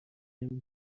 نمیگفتم